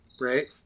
Right